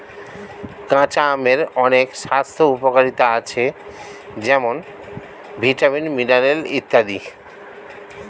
কাঁচা আমের অনেক স্বাস্থ্য উপকারিতা আছে যেমন ভিটামিন, মিনারেল ইত্যাদি